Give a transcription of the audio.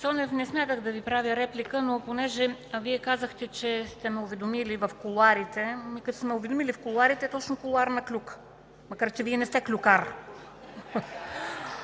не смятах да Ви правя реплика, но понеже Вие казахте, че сте ме уведомили в кулоарите. Като сте ме уведомили в кулоарите, е точно кулоарна клюка, макар че Вие не сте клюкар.